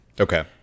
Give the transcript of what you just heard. Okay